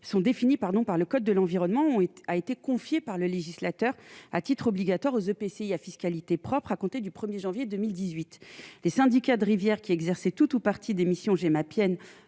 sont définis pardon par le code de l'environnement, on est a été confiée par le législateur à titre obligatoire aux EPCI à fiscalité propre à compter du 1er janvier 2018, les syndicats de rivière qui exerçaient tout ou partie des missions Gemapi